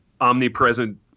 omnipresent